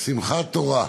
שמחת תורה,